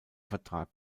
vertrag